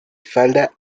falda